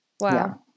wow